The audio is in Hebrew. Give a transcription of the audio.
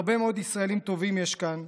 הרבה מאוד ישראלים טובים יש כאן,